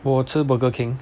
我吃 burger king